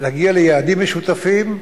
להגיע ליעדים משותפים.